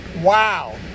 wow